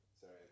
Sorry